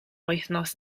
wythnos